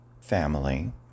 family